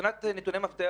מבחינת נתוני מפתח